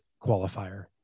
qualifier